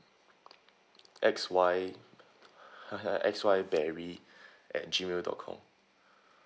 X Y X Y berry at G mail dot com